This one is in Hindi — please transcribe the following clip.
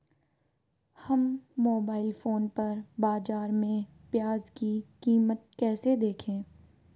हम मोबाइल फोन पर बाज़ार में प्याज़ की कीमत कैसे देखें?